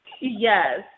yes